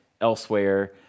elsewhere